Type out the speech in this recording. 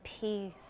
peace